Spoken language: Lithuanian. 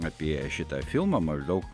apie šitą filmą maždaug